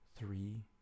Three